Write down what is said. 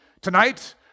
Tonight